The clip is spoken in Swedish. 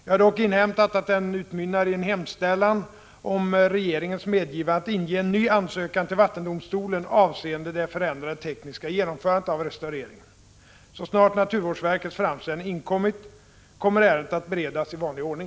Jag har dock inhämtat att den utmynnar i en hemställan om regeringens medgivande att inge en ny ansökan till vattendomstolen avseende det förändrade tekniska genomförandet av restaureringen. Så snart naturvårdsverkets framställning inkommit kommer ärendet att beredas i vanlig ordning.